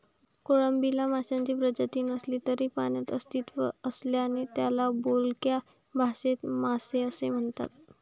कोळंबीला माशांची प्रजाती नसली तरी पाण्यात अस्तित्व असल्याने त्याला बोलक्या भाषेत मासे असे म्हणतात